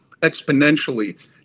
exponentially